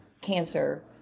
cancer